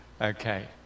Okay